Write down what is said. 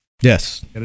Yes